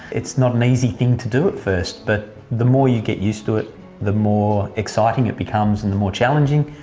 it's not an easy thing to do at first. but the more you get used to it the more exciting it becomes, and the more challenging.